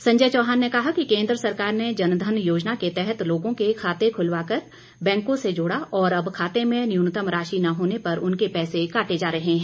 संजय चौहान ने कहा कि केंद्र सरकार ने जनधन योजना के तहत लोगों के खाते खुलवा कर बैंकों से जोड़ा और अब खाते में न्यूनतम राशि न होने पर उनके पैसे काटे जा रहे हैं